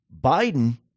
Biden